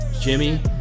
Jimmy